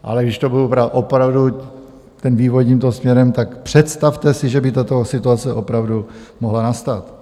Ale když to budu brát opravdu, ten vývoj tímto směrem, tak představte si, že by tato situace opravdu mohla nastat.